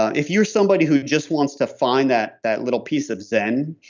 if you're somebody who just wants to find that that little piece of zen